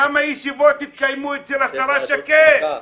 כמה ישיבות התקיימו אצל השרה שקד?